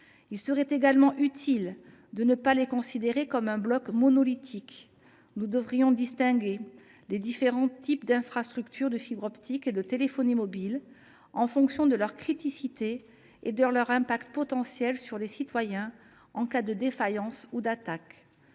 Il serait également utile de ne pas les considérer comme un bloc monolithique. Nous devrions ainsi distinguer les différents types d’infrastructures de fibre optique et de téléphonie mobile en fonction de leur criticité et de leur impact potentiel sur les citoyens en cas de défaillance ou d’attaque.